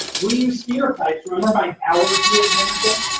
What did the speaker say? we use phenotypes. remember my allergy example?